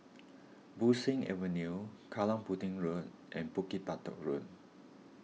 Bo Seng Avenue Kallang Pudding Road and Bukit Batok Road